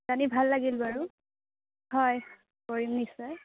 জানি ভাল লাগিল বাৰু হয় কৰিম নিশ্চয়